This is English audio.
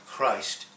Christ